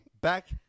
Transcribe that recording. back